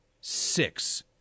six